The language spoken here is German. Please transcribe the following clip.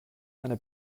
eine